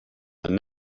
and